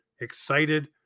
excited